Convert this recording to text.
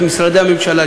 את משרדי הממשלה,